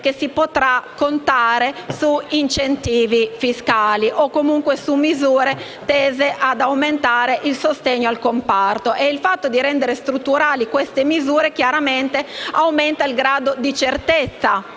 che si potrà contare su incentivi fiscali o comunque su misure tese ad aumentare il sostegno al comparto. Il fatto di rendere strutturali queste misure chiaramente aumenta il grado di certezza